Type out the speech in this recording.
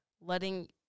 letting